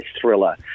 thriller